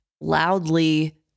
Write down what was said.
loudly